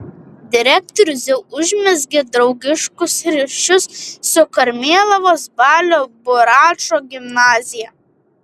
direktorius jau užmezgė draugiškus ryšius su karmėlavos balio buračo gimnazija